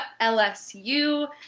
LSU